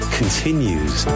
continues